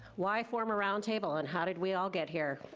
why form a roundtable and how did we all get here?